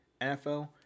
NFL